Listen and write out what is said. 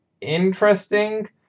interesting